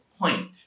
point